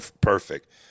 perfect